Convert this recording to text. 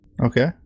Okay